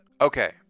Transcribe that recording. okay